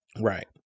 Right